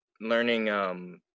learning